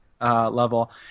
level